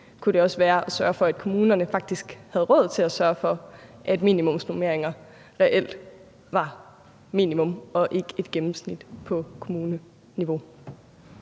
kunne det også være at sørge for, at kommunerne faktisk havde råd til at sørge for, at minimumsnormeringer reelt var minimum og ikke et gennemsnit på kommuneniveau.